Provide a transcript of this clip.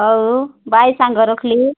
ହଉ ବାଏ ସାଙ୍ଗ ରଖିଲି